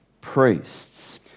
priests